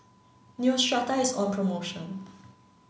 Neostrata is on promotion